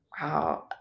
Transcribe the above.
Wow